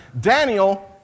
Daniel